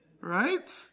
Right